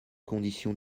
condition